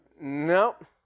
Nope